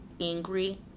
angry